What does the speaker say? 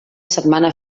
setmana